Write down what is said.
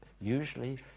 usually